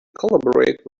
collaborate